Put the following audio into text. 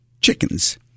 chickens